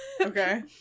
okay